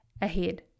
ahead